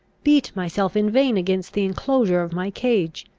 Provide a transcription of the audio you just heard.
beat myself in vain against the enclosure of my cage?